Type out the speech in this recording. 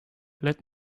let